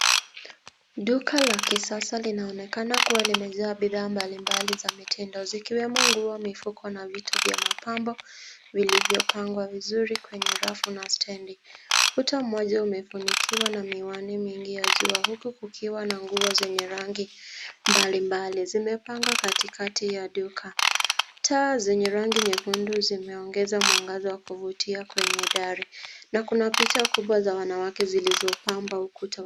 Duka la kisasa linaonekana kuwa limejaa bidhaa mbalimbali za mtindo zikiwemo nguo, mifuko na vitu vya mapambo vilivyopangwa vizuri kwenye rafu na stendi. Kuta moja umefunikiwa na miwani mingi ya jua huku kukiwa na nguo zenye rangi mbalimbali zimepangwa katikati ya duka. Taa zenye rangi nyekundu zimeongeza mwangaza wa kuvutia kwenye dari na kuna picha kubwa za wanawake zilizopamba ukuta.